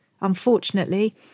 Unfortunately